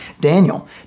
Daniel